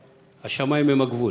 והשמים הם הגבול.